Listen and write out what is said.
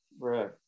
right